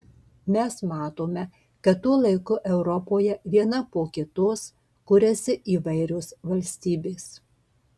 mes matome kad tuo laiku europoje viena po kitos kuriasi įvairios valstybės